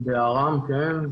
בא-ראם, כן.